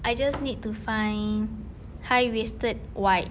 I just need to find high waisted white